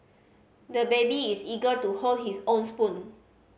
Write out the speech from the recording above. the baby is eager to hold his own spoon